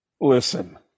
Listen